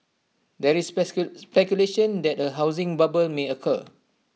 there is speculation that A housing bubble may occur